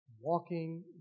walking